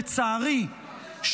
לצערי,